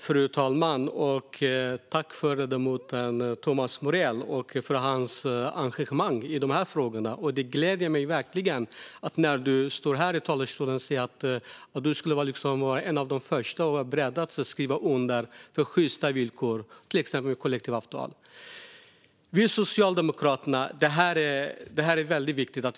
Fru talman! Jag vill tacka ledamoten Thomas Morell för hans engagemang i de här frågorna. Det gläder mig verkligen att han här i talarstolen säger att han är en av de första som är beredda att skriva under för sjysta villkor, till exempel kollektivavtal. Det här är viktigt.